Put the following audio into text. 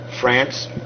France